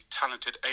talented